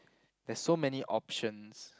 there's so many options